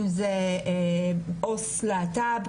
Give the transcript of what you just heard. אם זה עו"ס להט"ב,